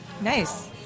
Nice